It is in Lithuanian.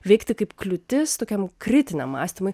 veikti kaip kliūtis tokiam kritiniam mąstymui